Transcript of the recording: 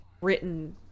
written